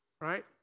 Right